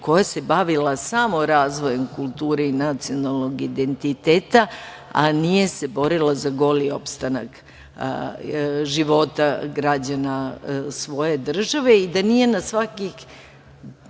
koja se bavila samo razvojem kulture i nacionalnog identiteta, a nije se borila za goli opstanak života građana svoje države i da nije na svakih